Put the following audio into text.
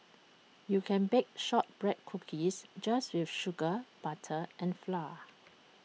you can bake Shortbread Cookies just with sugar butter and flour